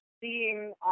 seeing